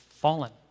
fallen